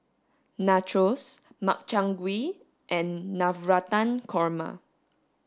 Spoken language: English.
Nachos Makchang gui and Navratan Korma